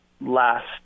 last